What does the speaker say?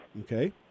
Okay